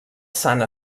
sant